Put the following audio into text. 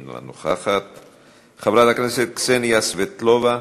אינה נוכחת, חברת הכנסת קסניה סבטלובה,